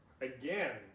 Again